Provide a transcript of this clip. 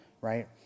Right